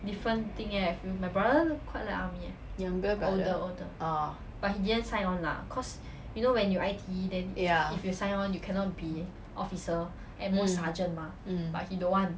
younger brother orh mm mm